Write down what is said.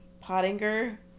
Pottinger